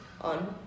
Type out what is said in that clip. on